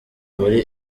muri